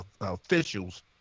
officials